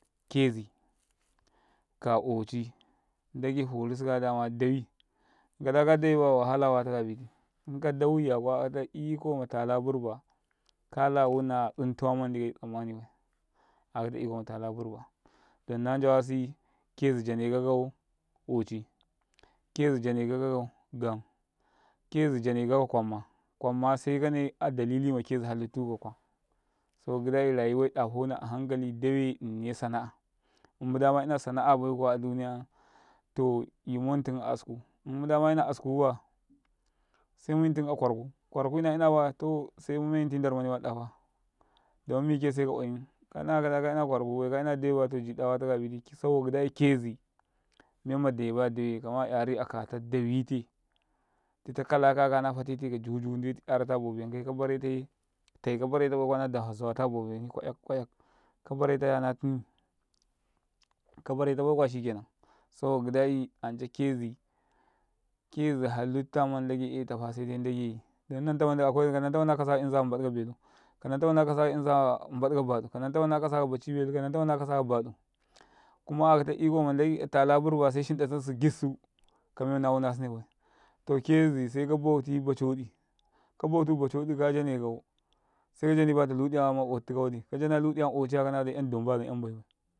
﻿Kezi ka oci nɗage forusu kaya dama dawi kada kaɗawebaya wahala wata kabiti inka dawuyya kuwa akata ikoma tala burba kala wuna wunawadi manɗi kayu tsammanibai akata iko matala burba don na njawasi kezi jane ka kau oci kezi jane kakau gam kezi jane kakau kwamma kwamma sai kanai adalilima kezi halituka kwam saboka gidai rayuwai ɗafona ahankali ɗawe nne sana'a immuda ma ina sana'a baikuwa a duniya yam do yimantuma'asku, immuda mayina asku kuwa sai muyntumakwaraku, kwarakuy na yana bayasai mumenti ndaru mandi maɗafa, ina kwarakubai ka yina dawai bayajiɗa wataka biti saboka gidai kezi menma daye bayadawe saboka gidai kaka yari'a katau ɗawite ditau kalaka ya nala fatete kajojo ndeta 'yarata bo benkai kabaretaye tai kabareta baikuwa naɗafa zawata bobeni kwa'yak-kwa'yak, kabaretaya na tunai kabaretabai kuwa shikanan saboka gida i anca kezi kezi halita mandi ndage etafa sedai ndeyi, kananta mandi na kasaka insa mbaɗ kabelu. Kananta mandi na kasak insa mbaɗ kabaɗu kuma akata iko matala burba sai shinɗa tansu gissu kamen manna wuna sinebai ta kezise kabauti bacoɗi kabautu bacodi ka danekau sai kajani bata ludiya maottika waɗi, kadana ludiya maociya 'yandan bayazam gambaibai.